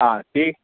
आं ती